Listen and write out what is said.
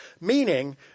meaning